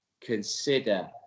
consider